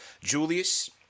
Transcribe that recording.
Julius